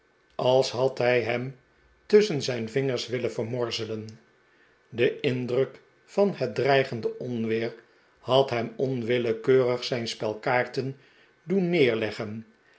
als had hij hem tusschen zijn vingers willen vermorzelen de indruk van het dreigende onweer had hem onwillekeurig zijn spel kaarten doen neerleggen